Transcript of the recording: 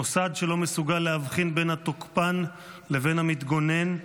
מוסד שלא מסוגל להבחין בין התוקפן לבין המתגונן,